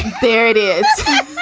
there it is